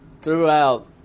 throughout